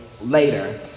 later